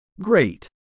Great